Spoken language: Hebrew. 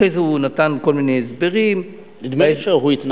אחרי זה הוא נתן כל מיני הסברים, הוא התנצל.